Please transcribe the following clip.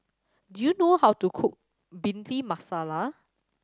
do you know how to cook Bhindi Masala